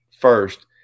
first